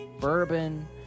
bourbon